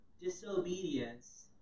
disobedience